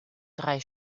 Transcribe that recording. drei